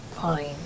Fine